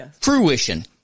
Fruition